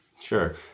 Sure